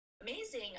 amazing